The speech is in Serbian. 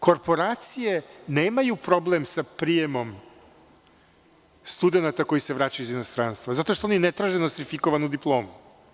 Korporacije nemaju problem sa prijemom studenata koji se vraćaju iz inostranstva zato što oni ne traže nostrifikovanu diplomu.